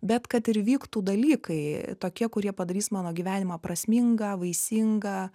bet kad ir vyktų dalykai tokie kurie padarys mano gyvenimą prasmingą vaisingą